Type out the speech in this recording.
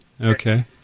Okay